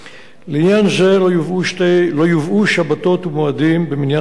לעניין זה לא יובאו שבתות ומועדים במניין השעות".